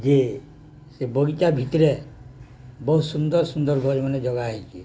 ଯେ ସେ ବଗିଚା ଭିତରେ ବହୁତ ସୁନ୍ଦର ସୁନ୍ଦର ଘରେ ମାନେ ଯଗା ହେଇଛି